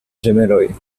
ĝemeloj